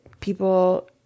people